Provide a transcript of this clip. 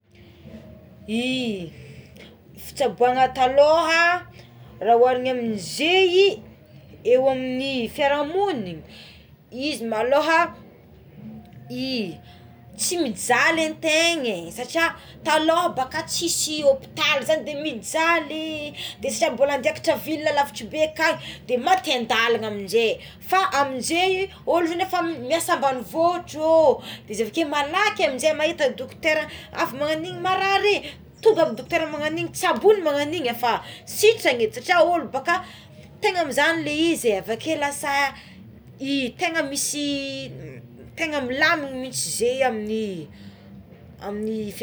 Ee ny fitsaboana taloha raha oharina amign'izey eo amigny fiarahamoniny izy maloha i tsy mijaly antegne satria taloha baka tsy misy hopitaly sady mijaly sady mbola miakatra ville à lavitra bé akagny de maty andalana amizey fa amizey olo efa miasa ambanivohotro izy avekeo malaky amizay mahita dokotera avy magnagno igny marary igny tonga avy dokotera magnagno igny tsaboigny magnagno igny fa sitragna edy é satria olo mbakà tegna mizahy lay izy é avake lasà i tegna misy m tegna milamigna mihitsy zey de aminy.